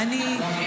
איך?